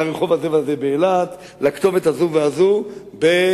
לרחוב הזה והזה באילת, לכתובת הזו והזו בתל-אביב.